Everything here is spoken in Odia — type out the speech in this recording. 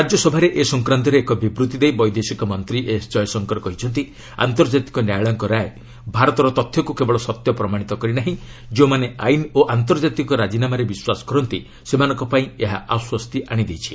ରାଜ୍ୟସଭାରେ ଏସଂକ୍ରାନ୍ତରେ ଏକ ବିବୃଭି ଦେଇ ବୈଦେଶିକ ମନ୍ତ୍ରୀ ଏସ୍ ଜୟଶଙ୍କର କହିଛନ୍ତି ଆନ୍ତର୍ଜାତିକ ନ୍ୟାୟାଳୟଙ୍କ ରାୟ ଭାରତର ତଥ୍ୟକୁ କେବଳ ସତ୍ୟ ପ୍ରମାଣିତ କରି ନାହିଁ ଯେଉଁମାନେ ଆଇନ ଓ ଆନ୍ତର୍ଜାତିକ ରାଜିନାମାରେ ବିଶ୍ୱାସ କରନ୍ତି ସେମାନଙ୍କ ପାଇଁ ଏହା ଆଶ୍ୱସ୍ତି ଆଶିଦେଇଛି